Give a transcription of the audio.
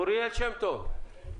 אוריאל שם טוב, בבקשה.